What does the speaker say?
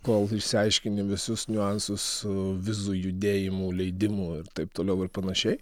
kol išsiaiškini visus niuansus su vizų judėjimu leidimu ir taip toliau ir panašiai